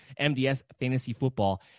mdsfantasyfootball